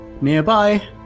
nearby